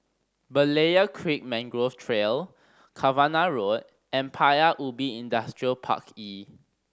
Berlayer Creek Mangrove Trail Cavenagh Road and Paya Ubi Industrial Park E